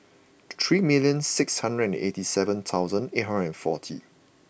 three million six hundred and eighty seven thousand eight hundred and forty